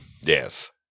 Yes